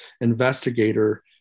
investigator